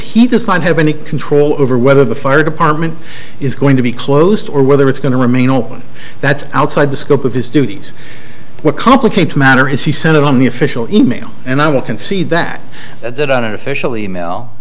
he doesn't have any control over whether the fire department is go to be closed or whether it's going to remain open that's outside the scope of his duties what complicates matter is he sent it on the official email and i will concede that it did on an official e mail